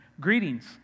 Greetings